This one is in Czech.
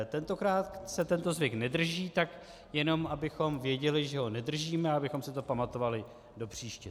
Tentokrát se tento zvyk nedrží, tak jenom abychom věděli, že ho nedržíme, abychom si to pamatovali do příště.